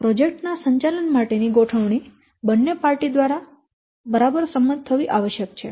project ના સંચાલન માટે ની ગોઠવણી બન્ને પાર્ટી દ્વારા બરાબર સંમત થવી આવશ્યક છે